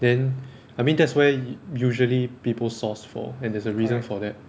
then I mean that's where u~ usually people source for and there's a reason for that